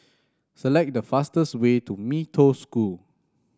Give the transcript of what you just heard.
select the fastest way to Mee Toh School